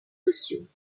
sociaux